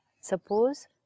Suppose